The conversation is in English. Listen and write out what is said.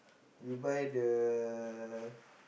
you buy the